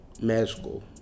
magical